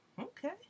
Okay